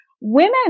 women